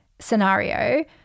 scenario